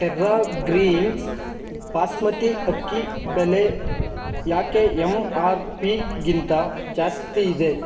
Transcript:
Terra Greens basmati ಅಕ್ಕಿ ಬೆಲೆ ಯಾಕೆ ಎಂ ಆರ್ ಪಿಗಿಂತ ಜಾಸ್ತಿ ಇದೆ